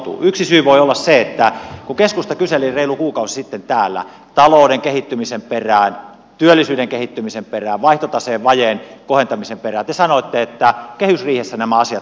yksi syy voi olla se että kun keskusta kyseli reilu kuukausi sitten täällä talouden kehittymisen perään työllisyyden kehittymisen perään vaihtotaseen vajeen kohentamisen perään te sanoitte että kehysriihessä nämä asiat ratkeavat odottakaa malttakaa